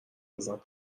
بزن